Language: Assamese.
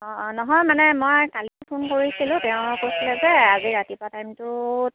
অঁ অঁ নহয় মানে মই কালি ফোন কৰিছিলোঁ তেওঁ কৈছিলে যে আজি ৰাতিপুৱা টাইমটোত